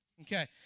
Okay